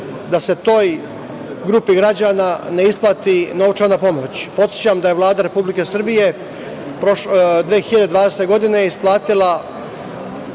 da se toj grupi građana ne isplati novčana pomoć. Podsećam da je Vlada Republike Srbije 2020. godine isplatila